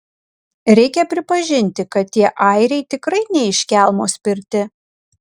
reikia pripažinti kad tie airiai tikrai ne iš kelmo spirti